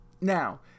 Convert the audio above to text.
Now